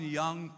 young